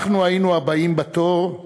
אנחנו היינו הבאים בתור.